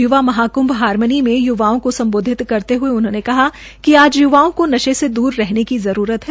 य्वा महाकृभ हारमोनी में य्वाओं को सम्बोधित करते हये उन्होंने कहा कि आज य्वाओ को नशे से दूर रहने की जरूरत है